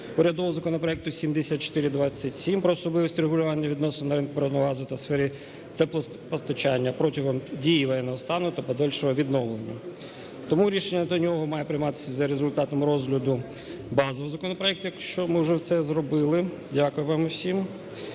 урядового законопроекту 7427 про особливості регулювання відносин на ринку природного газу та у сфері теплопостачання протягом дії воєнного стану та подальшого відновлення. Тому рішення до нього має прийматися за результатом розгляду базового законопроекту, ми вже це зробили. Дякую вам усім.